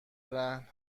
رهن